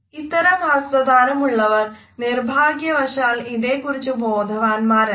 ഇത്തരം ഹസ്തദാനം ഉള്ളവർ നിർഭാഗ്യവശാൽ ഇതേക്കുറിച്ചു ബോധവാന്മാരല്ല